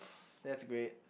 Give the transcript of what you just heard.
that's great